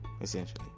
essentially